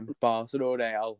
Barcelona